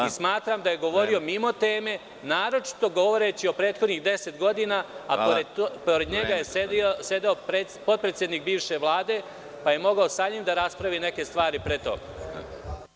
Smatram da je govorio mimo teme, naročito govoreći o prethodnih 10 godina, a pored njega je sedeo potpredsednik bivše Vlade pa je mogao sa njim da raspravi neke stvari pre toga.